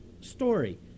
story